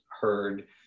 heard